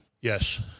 Yes